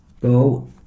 go